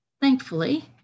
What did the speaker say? thankfully